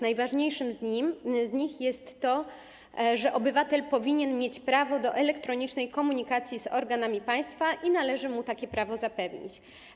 Najważniejsze z nich jest takie, że obywatel powinien mieć prawo do elektronicznej komunikacji z organami państwa i należy mu takie prawo zapewnić.